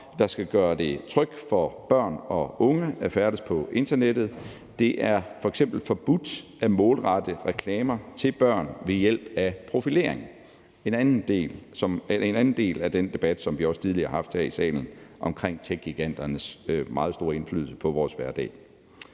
der skal gøre det trygt for børn og unge at færdes på internettet. Det er f.eks. forbudt at målrette reklamer til børn ved hjælp af profilering, som er en anden del af den debat, som vi også tidligere har haft her i salen om techgiganternes meget store indflydelse på vores hverdag.